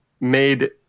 made